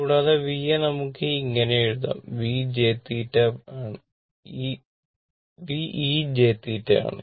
കൂടാതെ V യെ നമുക്ക് ഇങ്ങിനെയും എഴുതാം V e jθ ആണ്